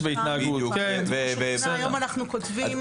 היום אנחנו כותבים